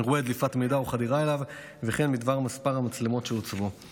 אירועי דליפת מידע או חדירה אליו וכן בדבר מספר המצלמות שהוצבו.